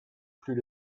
plus